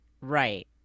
Right